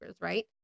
right